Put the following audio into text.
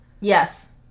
Yes